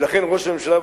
ולכן ראש הממשלה,